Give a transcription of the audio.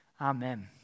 Amen